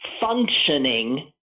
functioning